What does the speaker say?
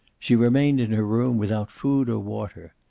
she remained in her room, without food or water.